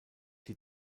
die